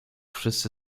wszyscy